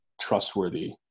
trustworthy